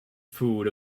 food